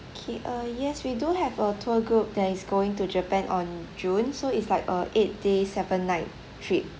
K uh yes we do have a tour group that is going to japan on june so it's like a eight day seven night trip